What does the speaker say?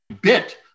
Bit